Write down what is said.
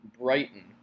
Brighton